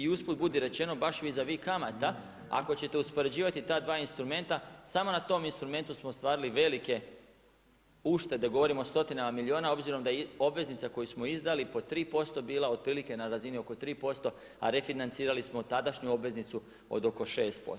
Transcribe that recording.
I usput budi rečeno, baš vis a vis kamata ako ćete uspoređivati ta dva instrumenta samo na tom instrumentu smo ostvarili velike uštede, govorimo o stotinama milijuna obzirom da je obveznica koju smo izdali po 3% bila otprilike na razini oko 3% a refinancirali smo tadašnju obveznicu od oko 6%